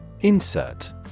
Insert